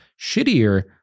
shittier